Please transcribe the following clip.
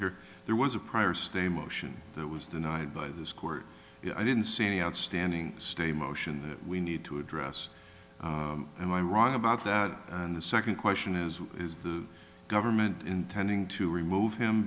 procedure there was a prior stay motion that was denied by this court i didn't see any outstanding stay motion we need to address and i'm wrong about that and the second question is is the government intending to remove him